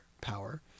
power